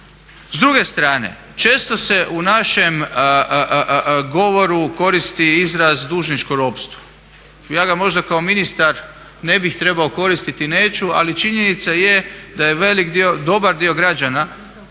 S druge strane često se u našem govoru koristi izraz "dužničko ropstvo". Ja ga možda kao ministar ne bi trebao koristiti i neću ali činjenica je da je velik dio, dobar dio građana